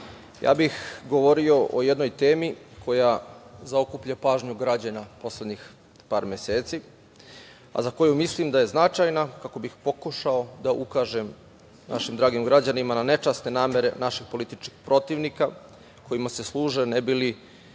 bih govorio o jednoj temi koja zaokuplja pažnju građana poslednjih par meseci, a za koju mislim da je značajna, kako bih pokušao da ukažem našim dragim građanima na nečasne namere našeg političkog protivnika kojima se služe, ne bi li